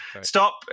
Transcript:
Stop